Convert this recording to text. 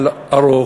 ארוך,